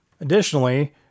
Additionally